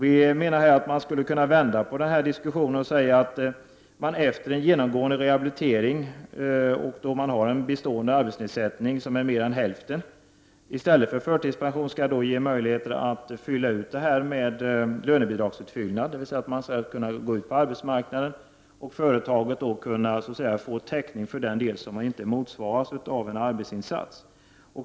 Vi menar att man skulle kunna vända på denna diskussion och säga att man efter en genomgången rehabilitering och då man har en bestående arbetsnedsättning som är mer än hälften i stället för förtidspension ges möjlighet att få lönebidragsutfyllnad. Man skall alltså kunna gå ut på arbetsmarknaden, och företaget får då täckning för den del som inte motsvaras av en arbetsinsats.